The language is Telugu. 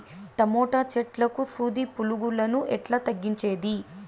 టమోటా చెట్లకు సూది పులుగులను ఎట్లా తగ్గించేది?